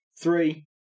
three